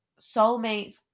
soulmates